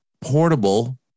portable